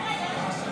בטח.